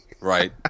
Right